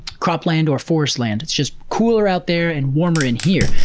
crop land or forest land, it's just cooler out there and warmer in here.